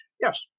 Yes